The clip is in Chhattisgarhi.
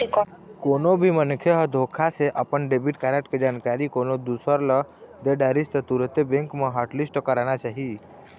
कोनो भी मनखे ह धोखा से अपन डेबिट कारड के जानकारी कोनो दूसर ल दे डरिस त तुरते बेंक म हॉटलिस्ट कराना चाही